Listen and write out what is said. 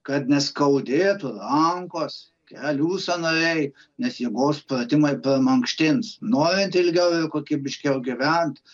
kad neskaudėtų rankos kelių sąnariai nes jėgos pratimai pramankštins norint ilgiau ir kokybiškiau gyvent